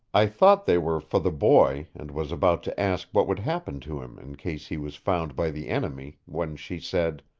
i thought they were for the boy and was about to ask what would happen to him in case he was found by the enemy, when she said